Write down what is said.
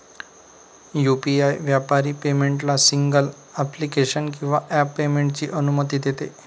UPI व्यापारी पेमेंटला single application किंवा ॲप पेमेंटची अनुमती देते